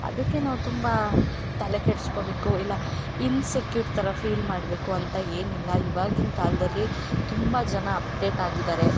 ಅದಕ್ಕೆ ನಾವು ತುಂಬ ತಲೆ ಕೆಡಿಸ್ಕೋಬೇಕು ಇಲ್ಲ ಇನ್ಸೆಕ್ಯೂರ್ ಥರ ಫೀಲ್ ಮಾಡಬೇಕು ಅಂತ ಏನಿಲ್ಲ ಇವಾಗಿನ ಕಾಲದಲ್ಲಿ ತುಂಬ ಜನ ಅಪ್ಡೇಟ್ ಆಗಿದಾರೆ